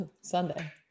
Sunday